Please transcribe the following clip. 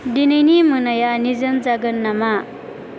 दिनैनि मोनाया निजोम जागोन नामा